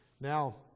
Now